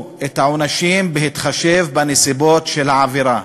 את העונשים בהתחשב בנסיבות העבירה.